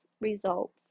results